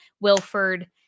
Wilford